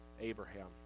Abraham